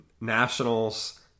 Nationals